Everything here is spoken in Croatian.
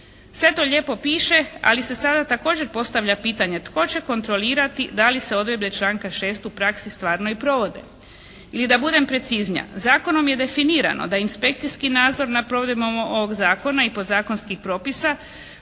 Sve to lijepo piše, ali se sada također postavlja pitanje tko će kontrolirati da li se odredbe članka 6. u praksi stvarno i provode? I da budem preciznija. Zakonom je definirano da inspekcijski nadzor nad provedbama ovog zakona i podzakonskih propisa